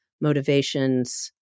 motivations